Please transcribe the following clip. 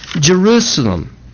Jerusalem